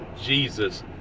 Jesus